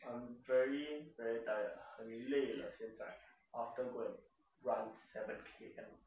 I'm very very tired 很累了现在 after going to run seven K_M